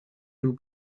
two